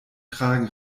kragen